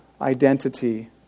identity